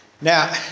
Now